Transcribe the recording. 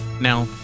Now